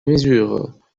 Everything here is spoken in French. mesures